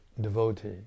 devotee